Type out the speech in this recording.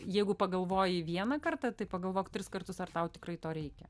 jeigu pagalvoji vieną kartą tai pagalvok tris kartus ar tau tikrai to reikia